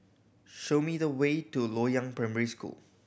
show me the way to Loyang Primary School